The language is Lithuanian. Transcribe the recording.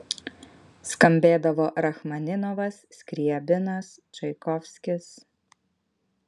skambėdavo rachmaninovas skriabinas čaikovskis